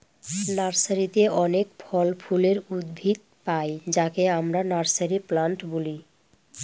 নার্সারিতে অনেক ফল ফুলের উদ্ভিদ পাই যাকে আমরা নার্সারি প্লান্ট বলি